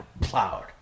plowed